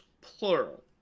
plural